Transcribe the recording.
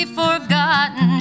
forgotten